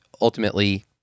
ultimately